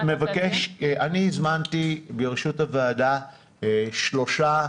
אני הזמנתי ברשות הוועדה שלושה